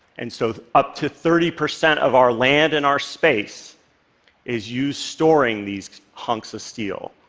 and so, up to thirty percent of our land and our space is used storing these hunks of steel.